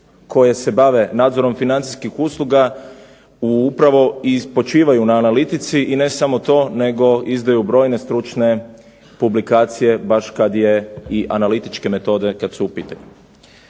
koje se bave nadzorom financijskih usluga upravo i počivaju na analitici i ne samo to nego izdaju brojne stručne publikacije baš kad je i analitičke metode kad su u pitanju.